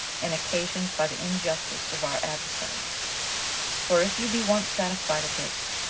and occasioned by the injustice of our adversaries for if you be once satisfied of this,